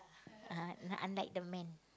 unlike the men